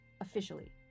Officially